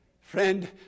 Friend